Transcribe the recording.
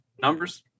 numbers